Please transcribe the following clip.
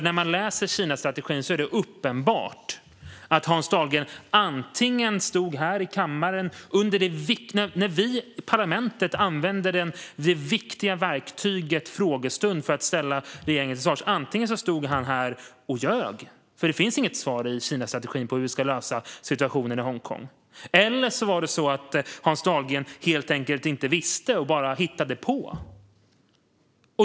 När man läser Kinastrategin är det uppenbart att Hans Dahlgren antingen stod här i kammaren och ljög när vi i parlamentet använde det viktiga verktyget frågestund för att ställa regeringen till svars, för det finns inget svar i Kinastrategin på hur vi ska lösa situationen i Hongkong. Eller så var det så att Hans Dahlgren helt enkelt inte visste och bara hittade på.